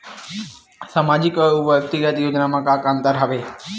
सामाजिक अउ व्यक्तिगत योजना म का का अंतर हवय?